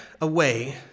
away